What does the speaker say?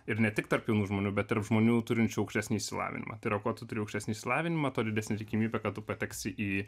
ir ne tik tarp jaunų žmonių bet tarp žmonių turinčių aukštesnį išsilavinimą tai yra ko tu turi aukštesnį išsilavinimą tuo didesnė tikimybė kad tu pateksi į